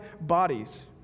bodies